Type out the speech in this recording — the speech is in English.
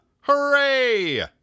Hooray